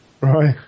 Right